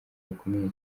bakomeye